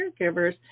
caregivers